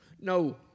No